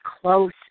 close